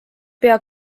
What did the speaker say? pea